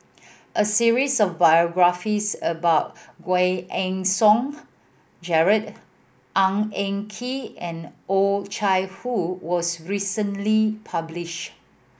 a series of biographies about Giam Yean Song Gerald Ng Eng Kee and Oh Chai Hoo was recently published